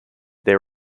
there